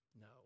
no